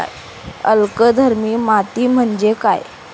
अल्कधर्मी माती म्हणजे काय?